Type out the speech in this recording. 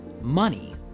money